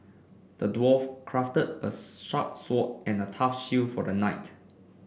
the dwarf crafted a sharp sword and a tough shield for the knight